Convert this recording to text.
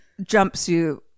jumpsuit